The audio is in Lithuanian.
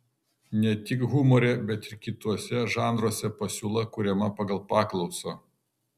ne tik humore bet ir kituose žanruose pasiūla kuriama pagal paklausą